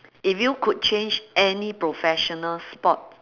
if you could change any professional spot